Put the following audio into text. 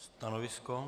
Stanovisko?